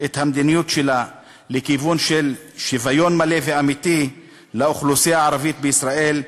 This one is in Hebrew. את המדיניות שלה לכיוון של שוויון מלא ואמיתי לאוכלוסייה הערבית בישראל,